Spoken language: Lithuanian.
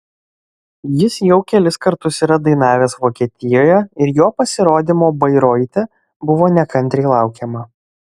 jis jau kelis kartus yra dainavęs vokietijoje ir jo pasirodymo bairoite buvo nekantriai laukiama